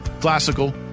Classical